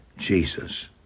jesus